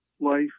Life